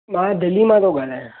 मां दिल्ली मां थो ॻाल्हायां